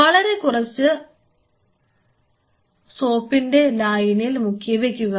വളരെ കുറച്ച് സോപ്പിന്റെ ലായനിയിൽ മുക്കി വയ്ക്കുക